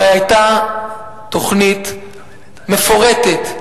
הרי היתה תוכנית מפורטת,